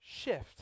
shift